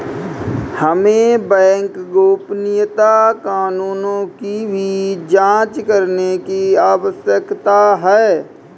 हमें बैंक गोपनीयता कानूनों की भी जांच करने की आवश्यकता है